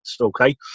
okay